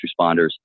responders